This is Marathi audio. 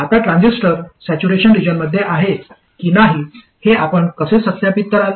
आता ट्रान्झिस्टर सॅच्युरेशन रिजनमध्ये आहे की नाही हे आपण कसे सत्यापित कराल